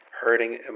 Hurting